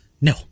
No